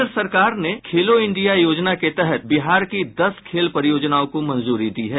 केन्द्र सरकार ने खेलो इंडिया योजना के तहत बिहार की दस खेल परियोजनाओं को मंजूरी दी है